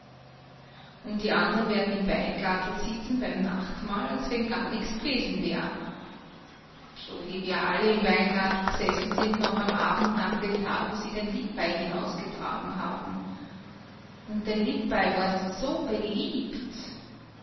und die andern werden im weingartl sitzen beim nachtmahl als wenn gar nichts g'wesen wär so wie wir alle im weingartl g'sessen sind noch am abend nach dem tag wo sie den lippay hinausgetragen haben und der lippay war so beliebt